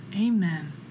amen